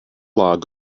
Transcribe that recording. log